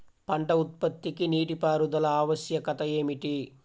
పంట ఉత్పత్తికి నీటిపారుదల ఆవశ్యకత ఏమిటీ?